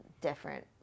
different